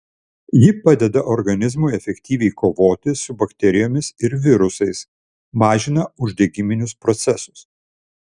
ji padeda organizmui efektyviai kovoti su bakterijomis ir virusais mažina uždegiminius procesus